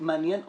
מעניין אותנו,